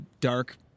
dark